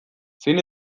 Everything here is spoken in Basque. zein